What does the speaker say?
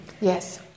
Yes